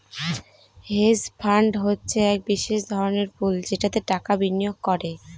hedge fund হচ্ছে এক বিশেষ ধরনের পুল যেটাতে টাকা বিনিয়োগ করে